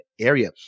area